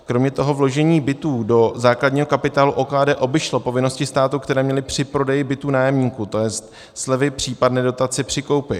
Kromě toho vložení bytů do základního kapitálu OKD obešlo povinnosti státu, které měl při prodeji bytů nájemníkům, tj. slevy, případné dotace při koupi.